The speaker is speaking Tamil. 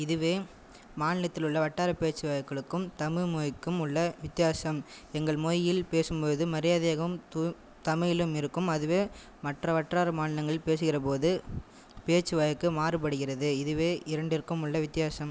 இதுவே மாநிலத்தில் உள்ள வட்டார பேச்சி வழக்கிற்கும் தமிழ் மொழிக்கும் உள்ள வித்தியாசம் எங்கள் மொழியில் பேசும் பொழுது மரியாதையாகவும் தமிழிலும் இருக்கும் அதுவே மற்ற வட்டார மாநிலங்களில் பேசுகிற பொழுது பேச்சி வழக்கு மாறுபடுகிறது இதுவே இரண்டிற்கும் உள்ள வித்தியாசம்